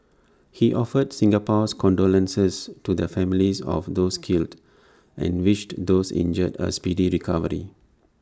he offered Singapore's condolences to the families of those killed and wished those injured A speedy recovery